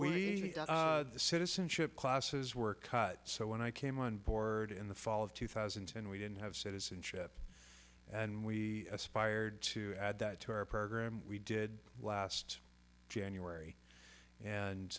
classes citizenship classes were cut so when i came on board in the fall of two thousand and ten we didn't have citizenship and we aspired to add that to our program we did last january and